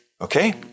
Okay